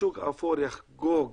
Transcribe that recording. השוק האפור יחגוג